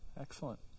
excellent